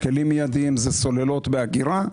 כלים מיידיים זה סוללות באגירה,